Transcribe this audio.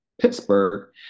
Pittsburgh